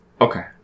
okay